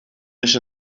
nicht